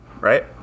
right